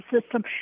system